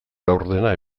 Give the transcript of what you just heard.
laurdena